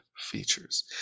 features